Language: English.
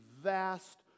vast